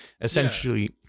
essentially